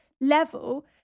level